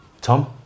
Tom